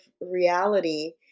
reality